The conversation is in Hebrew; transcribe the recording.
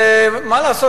מה לעשות?